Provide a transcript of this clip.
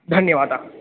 धन्यवादाः